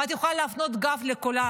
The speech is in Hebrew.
ואת יכולה להפנות את הגב לכולם,